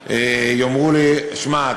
ויאמרו לי: שמע,